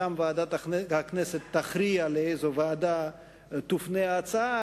שם ועדת הכנסת תכריע לאיזו ועדה תופנה ההצעה.